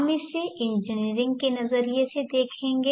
हम इसे इंजीनियरिंग के नजरिए से देखेगें